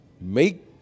Make